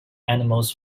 animals